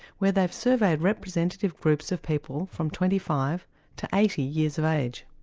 where they've surveyed representative groups of people from twenty five to eighty years of age,